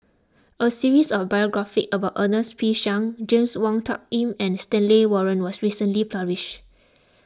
a series of biographies about Ernest P Shanks James Wong Tuck Yim and Stanley Warren was recently published